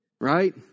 right